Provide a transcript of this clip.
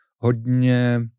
hodně